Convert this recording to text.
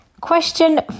Question